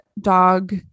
dog